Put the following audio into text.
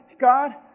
God